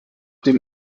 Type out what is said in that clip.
dem